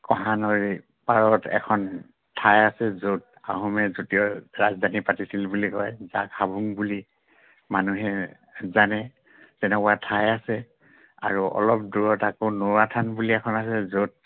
কহানদী পাৰত এখন ঠাই আছে য'ত আহোমে দ্বিতীয় ৰাজধানী পাতিছিল বুলি কয় জাক হাবুং বুলি মানুহে জানে তেনেকুৱা ঠাই আছে আৰু অলপ দূৰত আকৌ নৌৱা থান বুলি এখন আছে য'ত